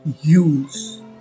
use